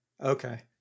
Okay